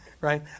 Right